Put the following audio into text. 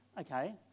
Okay